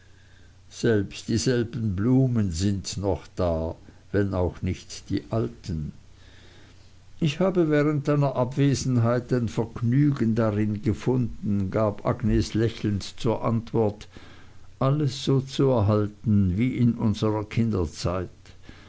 selbst dieselben blumen sind noch da wenn auch nicht die alten ich habe während deiner abwesenheit ein vergnügen darin gefunden gab agnes lächelnd zur antwort alles so zu erhalten wie in unserer kinderzeit